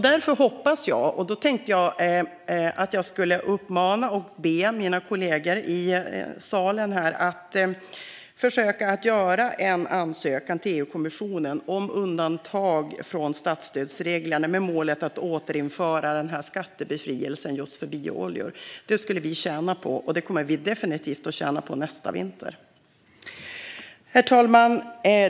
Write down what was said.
Därför vill jag uppmana mina kollegor i salen att försöka göra en ansökan till EU-kommissionen om undantag från statsstödsreglerna med målet att återinföra skattebefrielsen för biooljor. Det skulle vi tjäna på. Vi kommer definitivt att tjäna på det nästa vinter. Herr talman!